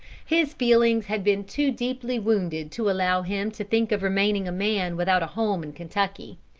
his feelings had been too deeply wounded to allow him to think of remaining a man without a home in kentucky.